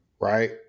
right